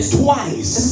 twice